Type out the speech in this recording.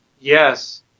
yes